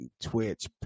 Twitch